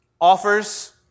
Offers